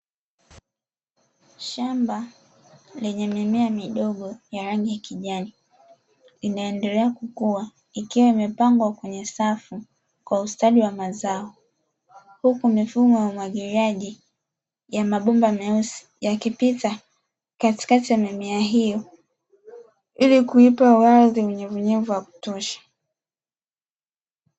Shamba lenye mimea midogo ya rangi ya kijani, inaendelea kukua ikiwa imepangwa kwenye safu kwa ustadi wa mazao, huku mifumo ya umwagiliaji ya mabomba meusi, yakipita katikati ya mimea hiyo kuipa uwazi, na unyevunyevu wa kutosha.